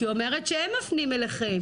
היא אומרת שהם מפנים אליכם.